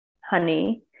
honey